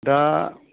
दा